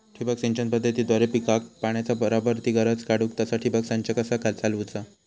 ठिबक सिंचन पद्धतीद्वारे पिकाक पाण्याचा बराबर ती गरज काडूक तसा ठिबक संच कसा चालवुचा?